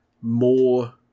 more